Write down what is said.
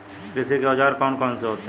कृषि के औजार कौन कौन से होते हैं?